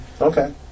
okay